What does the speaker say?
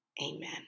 amen